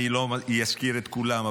אני לא אזכיר את כולם,